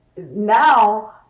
Now